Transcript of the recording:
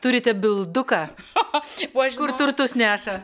turite bilduką kur turtus neša